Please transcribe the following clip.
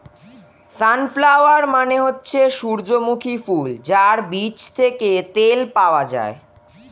sunflower মানে হচ্ছে সূর্যমুখী ফুল যার বীজ থেকে তেল পাওয়া যায়